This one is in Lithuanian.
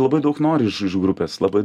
labai daug nori iš iš grupės labai